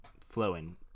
flowing